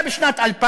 היה אומר בשנת 2000,